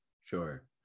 Sure